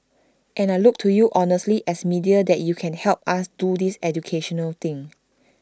and I look to you honestly as media that you can help us do this educational thing